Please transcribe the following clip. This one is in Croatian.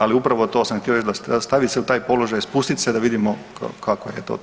Ali upravo to sam htio reći da stavit se u taj položaj, spustit se da vidimo kako je to teško.